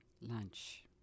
Lunch